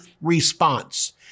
response